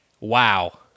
Wow